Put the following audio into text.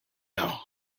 know